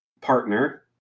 partner